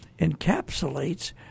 encapsulates